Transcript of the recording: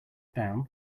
down